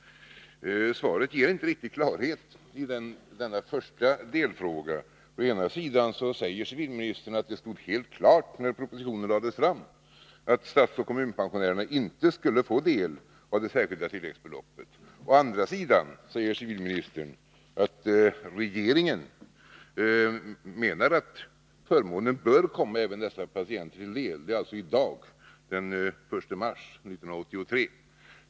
Svaret ger inte riktig klarhet på denna första delfråga. Å ena sidan säger civilministern att det stod helt klart när propositionen lades fram att statsoch kommunpensionärerna inte skulle få del av det särskilda tilläggsbeloppet. Å andra sidan säger civilministern att regeringen menade att förmånen bör komma även dessa pensionärer till del — detta sägs alltså i dag den 1 mars 1983.